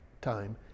time